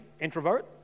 introvert